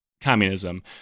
communism